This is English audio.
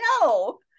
no